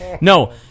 No